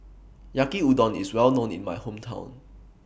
Yaki Udon IS Well known in My Hometown